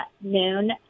noon